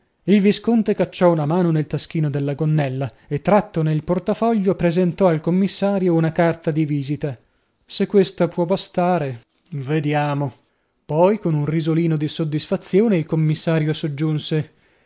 il visconte cacciò una mano nel taschino della gonnella e trattone il portafoglio presentò al commissario una carta di visita se questa può bastare vediamo poi con un risolino di soddisfazione il commissario soggiunse